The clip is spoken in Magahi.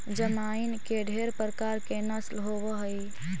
जमाइन के ढेर प्रकार के नस्ल होब हई